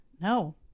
No